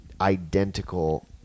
identical